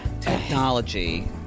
technology